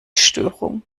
störung